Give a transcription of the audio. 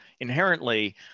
inherently